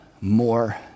more